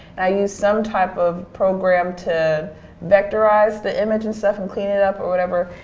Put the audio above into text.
i used some type of program to vectorize the image and stuff and clean it up or whatever.